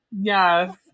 Yes